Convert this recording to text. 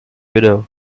widow